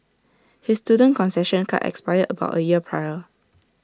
his student concession card expired about A year prior